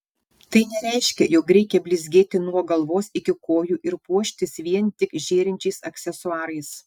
tai nereiškia jog reikia blizgėti nuo galvos iki kojų ir puoštis vien tik žėrinčiais aksesuarais